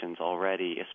already